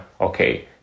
okay